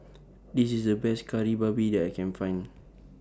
This IS The Best Kari Babi that I Can Find